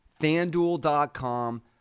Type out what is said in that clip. FanDuel.com